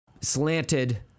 slanted